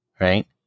Right